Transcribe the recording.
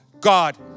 God